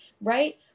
right